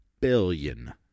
billion